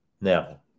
now